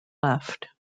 left